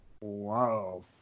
Wow